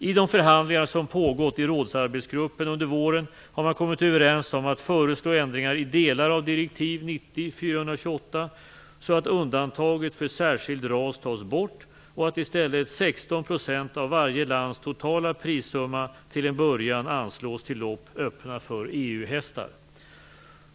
I de förhandlingar som pågått i rådsarbetsgruppen under våren har man kommit överens om att föreslå ändringar i delar av direktiv 90/428 så att undantaget för särskild ras tas bort och att i stället 16 % av varje lands totala prissumma till en början anslås till lopp öppna för EU-hästar.